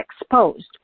exposed